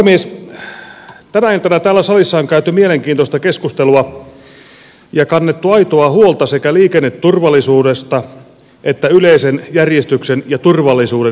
tänä iltana täällä salissa on käyty mielenkiintoista keskustelua ja kannettu aitoa huolta sekä liikenneturvallisuudesta että yleisen järjestyksen ja turvallisuuden säilymisestä